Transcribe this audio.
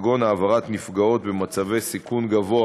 כגון העברת נפגעות במצבי סיכון גבוה